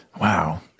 Wow